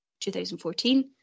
2014